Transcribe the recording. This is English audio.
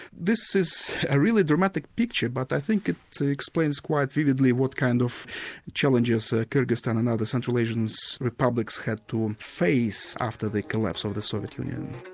this is a really dramatic picture, but i think it explains quite vividly what kind of challenges ah kyrgyzstan and other central asian so republics have to um face after the collapse of the soviet union.